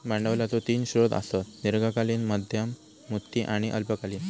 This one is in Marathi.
भांडवलाचो तीन स्रोत आसत, दीर्घकालीन, मध्यम मुदती आणि अल्पकालीन